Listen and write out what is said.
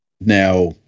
Now